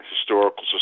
historical